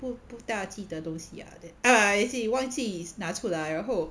不不大记得东西啊 then ah I see 忘记 is 拿出来然后